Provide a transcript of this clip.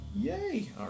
Yay